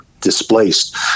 displaced